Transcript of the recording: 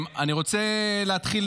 אני רוצה להתחיל